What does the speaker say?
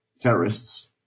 terrorists